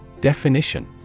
Definition